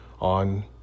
on